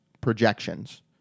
projections